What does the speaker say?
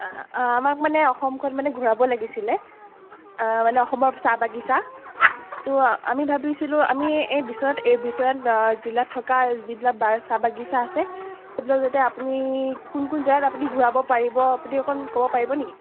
আমাক মানে অসমখন মানে ঘূৰাব লাগিছিলে মানে অসমৰ চাহ বাগিচা ত' আমি ভাবিছিলোঁ আমি এই বিশ্বনাথ এই বিশ্বনাথ জিলাত থকা যিবিলাক বা চাহ বাগিচা আছে সেইবিলাক যাতে আপুনি কোন কোন জেগাত আপুনি ঘূৰাব পাৰিব আপুনি অকণ ক'ব পাৰিব নেকি